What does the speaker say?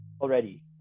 already